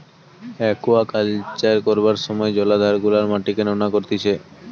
aquaculture করবার সময় জলাধার গুলার মাটিকে নোনা করতিছে